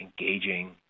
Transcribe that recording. engaging